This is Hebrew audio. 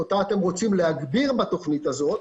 שאותה אתם רוצים להגביר בתכנית הזאת,